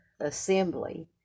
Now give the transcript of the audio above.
assembly